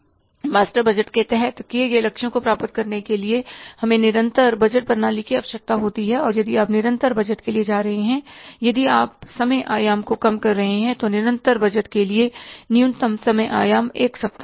master budget के तहत तय किए गए लक्ष्यों को प्राप्त करने के लिए हमें निरंतर बजट प्रणाली की आवश्यकता होती है और यदि आप निरंतर बजट के लिए जा रहे हैं यदि आप समय आयाम को कम कर रहे हैं तो निरंतर बजट के लिए न्यूनतम समय आयाम एक सप्ताह है